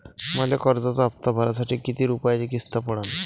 मले कर्जाचा हप्ता भरासाठी किती रूपयाची किस्त पडन?